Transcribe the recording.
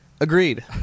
Agreed